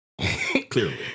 Clearly